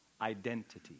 identity